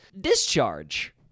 discharge